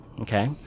okay